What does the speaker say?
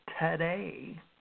today